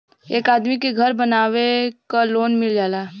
एक आदमी के घर बनवावे क लोन मिल जाला